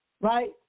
right